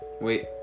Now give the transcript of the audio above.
Wait